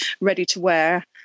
ready-to-wear